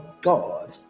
God